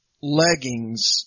leggings